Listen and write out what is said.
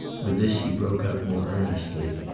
with this he broke out more earnestly.